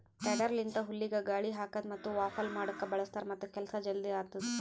tedder ಲಿಂತ ಹುಲ್ಲಿಗ ಗಾಳಿ ಹಾಕದ್ ಮತ್ತ ವಾಫಲ್ ಮಾಡುಕ್ ಬಳ್ಸತಾರ್ ಮತ್ತ ಕೆಲಸ ಜಲ್ದಿ ಆತ್ತುದ್